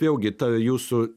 vėlgi ta jūsų